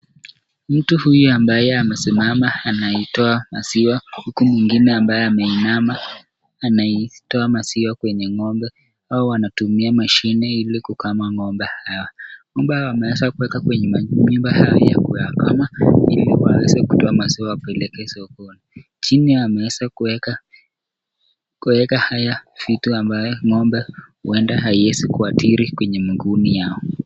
Mtu huyu ambaye amesimama anaitoa maziwa huku mwingine ambaye ameinama anaitoa maziwa kwenye ng'ombe au anatumia mashini ili kukama ng'ombe haya. Ng'ombe hawa wameza kuwekwa kwenye majumba yao ya kuyakama ili waweze kutoa maziwa ipelekwe sokoni. Jini yameweza kuweka haya vitu ambayo ng'ombe huenda haiwezi kuadhiri kwenye muuguni yao.